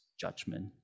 judgment